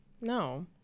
No